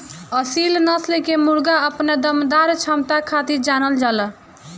असील नस्ल के मुर्गा अपना दमदार क्षमता खातिर जानल जाला